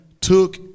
took